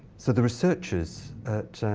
so the researchers at